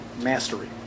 mastery